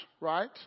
right